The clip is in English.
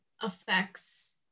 affects